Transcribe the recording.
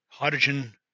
hydrogen